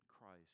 christ